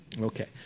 Okay